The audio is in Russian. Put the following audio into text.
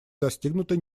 достигнуты